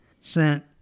sent